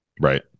Right